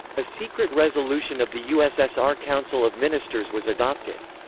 a secret resolution of the ussr council of ministers was adopted.